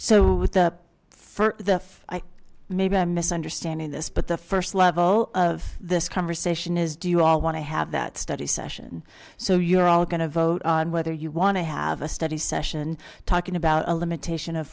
for the i maybe i'm misunderstanding this but the first level of this conversation is do you all want to have that study session so you're all going to vote on whether you want to have a study session talking about a limitation of